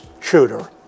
shooter